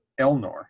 Elnor